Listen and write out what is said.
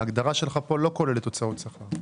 ההגדרה פה לא כוללת הוצאות שכר.